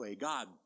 God